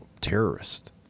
terrorist